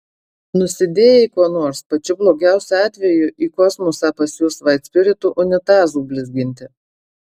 nusidėjai kuo nors pačiu blogiausiu atveju į kosmosą pasiųs vaitspiritu unitazų blizginti